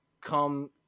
Come